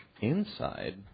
inside